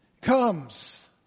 comes